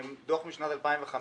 דוח משנת 2015,